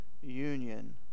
union